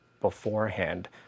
beforehand